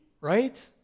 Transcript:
right